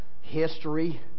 history